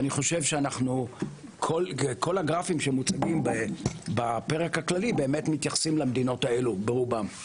אני חושב שכל הגרפים שמוצגים בפרק הכללי מתייחסים למדינות האלו ברובם.